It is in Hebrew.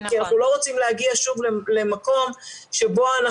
כי אנחנו לא רוצים להגיע שוב למקום שבו אנחנו